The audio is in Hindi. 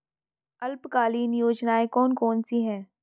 अल्पकालीन योजनाएं कौन कौन सी हैं?